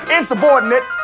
Insubordinate